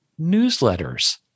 newsletters